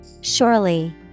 Surely